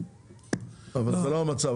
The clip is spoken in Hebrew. אבל זה לא המצב,